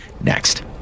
next